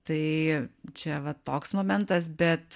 tai čia va toks momentas bet